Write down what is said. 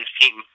team